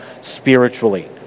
spiritually